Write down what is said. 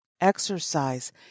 exercise